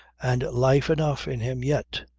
and life enough in him yet.